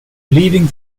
leaving